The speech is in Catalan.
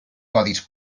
codis